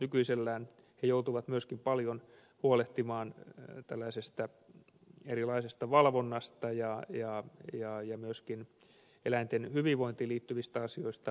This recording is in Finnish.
nykyisellään he joutuvat myöskin paljon huolehtimaan tällaisesta erilaisesta valvonnasta ja myöskin eläinten hyvinvointiin liittyvistä asioista